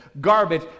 Garbage